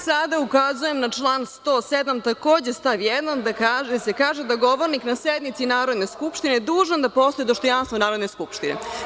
Sada ukazujem na član 107. takođe stav 1, gde se kaže da je govornik na sednici Narodne skupštine dužan da poštuje dostojanstvo Narodne skupštine.